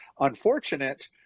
unfortunate